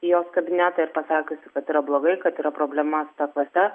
į jos kabinetą ir pasakiusi kad yra blogai kad yra problema su ta klase